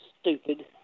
stupid